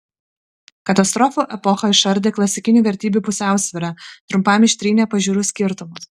katastrofų epocha išardė klasikinių vertybių pusiausvyrą trumpam ištrynė pažiūrų skirtumus